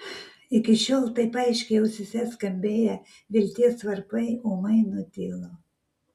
iki šiol taip aiškiai ausyse skambėję vilties varpai ūmai nutilo